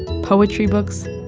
poetry books,